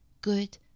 good